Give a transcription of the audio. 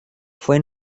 fue